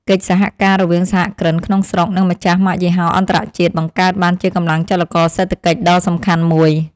កិច្ចសហការរវាងសហគ្រិនក្នុងស្រុក និងម្ចាស់ម៉ាកយីហោអន្តរជាតិបង្កើតបានជាកម្លាំងចលករសេដ្ឋកិច្ចដ៏សំខាន់មួយ។